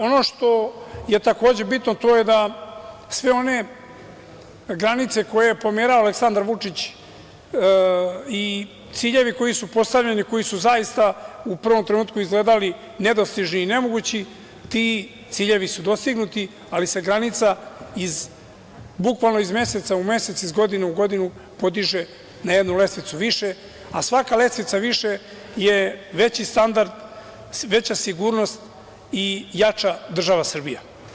Ono što je takođe bitno, to je da sve one granice koje je pomerao Aleksandar Vučić i ciljevi koji su postavljeni i koji su zaista u prvom trenutku izgledali nedostižni i nemogući, ti ciljevi su dostignuti ali se granica bukvalno iz meseca u mesec iz godine u godinu podiže na jednu lestvicu više, a svaka lestvica više je veći standard, veća sigurnost i jača država Srbija.